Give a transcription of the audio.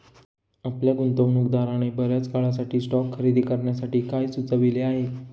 आपल्या गुंतवणूकदाराने बर्याच काळासाठी स्टॉक्स खरेदी करण्यासाठी काय सुचविले आहे?